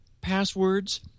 passwords